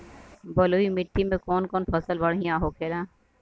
बलुई मिट्टी में कौन कौन फसल बढ़ियां होखेला?